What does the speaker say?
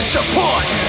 Support